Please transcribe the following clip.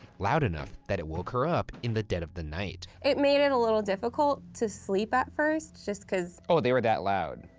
loud enough that it woke her up in the dead of the night. it made it a little difficult to sleep at first, just cause oh, they were that loud?